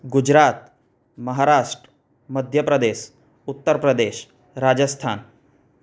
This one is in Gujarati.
ગુજરાત મહારાષ્ટ્ર મધ્યપ્રદેશ ઉત્તરપ્રદેશ રાજસ્થાન